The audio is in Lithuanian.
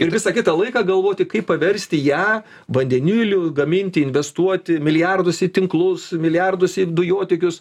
ir visą kitą laiką galvoti kaip paversti ją vandeniliu gaminti investuoti milijardus į tinklus milijardus ir dujotiekius